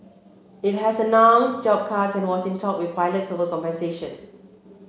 it has announced job cuts and was in talks with pilots over compensation